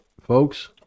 folks